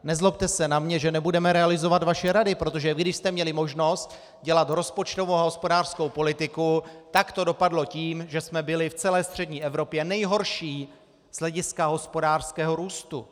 Nezlobte se na mě, že nebudeme realizovat vaše rady, protože když jste měli možnost dělat rozpočtovou a hospodářskou politiku, tak to dopadlo tím, že jsme byli v celé střední Evropě nejhorší z hlediska hospodářského růstu.